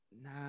nah